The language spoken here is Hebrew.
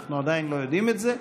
אנחנו עדיין לא יודעים את זה,